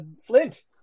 Flint